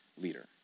leader